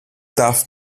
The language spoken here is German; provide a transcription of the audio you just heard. darf